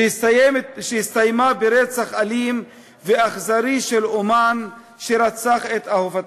שהסתיימה ברצח אלים ואכזרי של אמן שרצח את אהובתו.